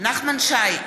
נחמן שי,